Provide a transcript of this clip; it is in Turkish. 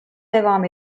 devam